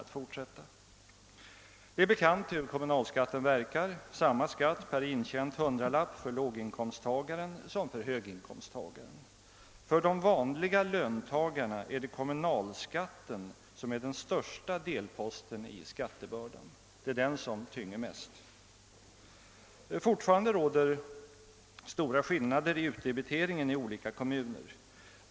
Det är bekant hur kommunalskatten verkar: det blir samma skatt per intjänt hundralapp för låginkomsttagaren som för höginkomsttagaren. För de vanliga löntagarna är det kommunalskatten som är den största delposten i skattebördan — det är den som tynger mest. Fortfarande råder stora skillnader i utdebiteringen i olika kommuner.